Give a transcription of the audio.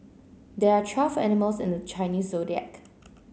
there are twelve animals in the Chinese Zodiac